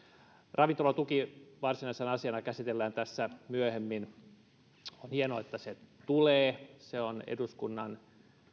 ravintolatuki varsinaisena asiana käsitellään tässä myöhemmin on hienoa että se tulee se on eduskunnan